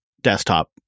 desktop